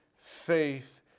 faith